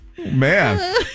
Man